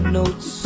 notes